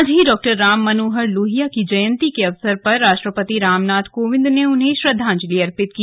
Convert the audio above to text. आज ही डॉक्टर राम मनोहर लोहिया की जयंती के अवसर पर राष्ट्रपति रामनाथ कोविंद ने उन्हें श्रद्धांजलि अर्पित की